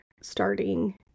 starting